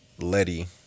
Letty